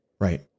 Right